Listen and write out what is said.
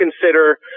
consider